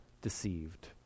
deceived